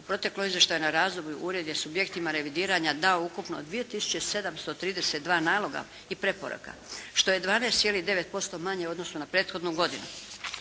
proteklo izvještajno razdoblje Ured je subjektima revidiranja dao ukupno 2 tisuće 732 naloga i preporuka što je 12,9% manje u odnosu na prethodnu godinu.